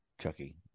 Chucky